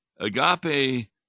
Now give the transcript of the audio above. Agape